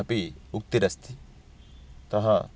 अपि उक्तिरस्ति अतः